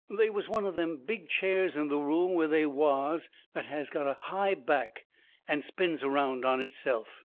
they was one of them big chairs in the room where they was that has got a high back and spins around on itself.